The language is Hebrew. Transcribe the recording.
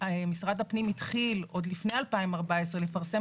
משרד הפנים התחיל עוד לפני 2014 לפרסם